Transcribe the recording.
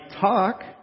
talk